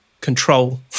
control